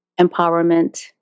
Empowerment